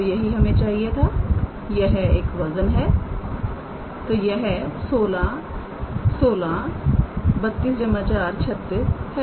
तो यही हमें चाहिए था यह वजन है तो यह 16 16 32 4 36 है